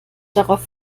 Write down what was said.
darauf